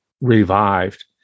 revived